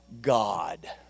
God